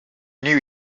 knew